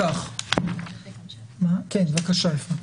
כן בבקשה אפרת.